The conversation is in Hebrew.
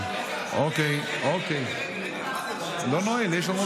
אני לא נועל, יש לנו עוד